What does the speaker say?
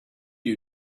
you